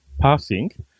passing